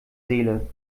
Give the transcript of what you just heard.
seele